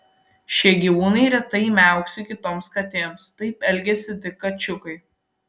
šie gyvūnai retai miauksi kitoms katėms taip elgiasi tik kačiukai